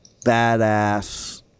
badass